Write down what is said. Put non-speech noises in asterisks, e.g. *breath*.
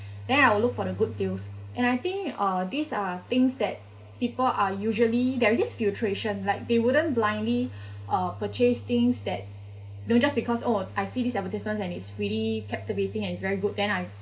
then I will look for the good deals and I think uh these are things that people are usually there is this filtration like they wouldn't blindly *breath* uh purchase things that no just because oh I see this advertisement and it's really captivating and it's very good then I